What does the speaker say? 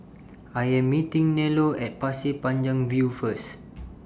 I Am meeting Nello At Pasir Panjang View First